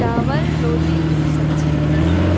چاول روٹی سبجی